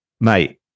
Mate